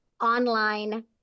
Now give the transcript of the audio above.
online